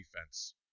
defense